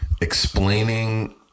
explaining